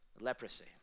Leprosy